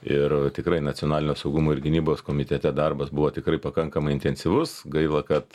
ir tikrai nacionalinio saugumo ir gynybos komitete darbas buvo tikrai pakankamai intensyvus gaila kad